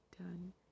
done